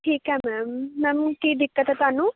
ਠੀਕ ਹੈ ma'am ma'am ਕੀ ਦਿੱਕਤ ਹੈ ਤੁਹਾਨੂੰ